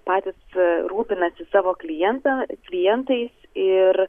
patys rūpinasi savo klientą klientais iir